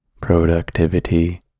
productivity